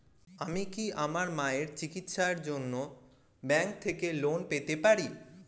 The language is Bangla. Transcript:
আমি কি আমার মায়ের চিকিত্সায়ের জন্য ব্যঙ্ক থেকে লোন পেতে পারি?